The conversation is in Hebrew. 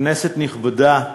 כנסת נכבדה,